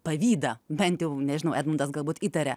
pavydą bent jau nežinau edmundas galbūt įtaria